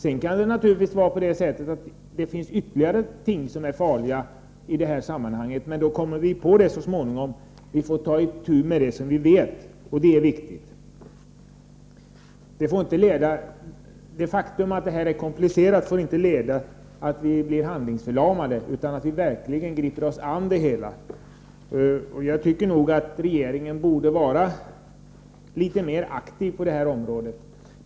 Det kan naturligtvis finnas ytterligare ting som är farliga i detta sammanhang, men det kommer vi på så småningom. Det är viktigt att vi först tar itu med det som vi känner till. Det faktum att dessa problem är komplicerade får inte leda till att vi blir handlingsförlamade, utan vi måste verkligen gripa oss an det hela. Jag tycker att regeringen borde vara mer aktiv på detta område.